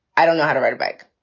i don't know how to write like